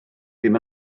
ddim